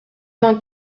vingt